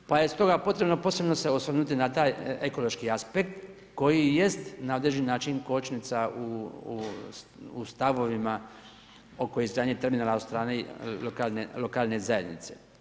Pa je stoga potrebno posebno se osvrnuti na taj ekološki aspekt koji jest na određeni način kočnica u stavovima oko izgradnje terminala od strane lokalne zajednice.